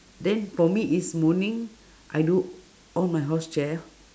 then for me is morning I do all my house chair